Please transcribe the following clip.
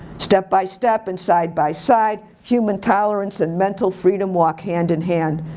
step by step and side by side, human tolerance and mental freedom walk hand in hand.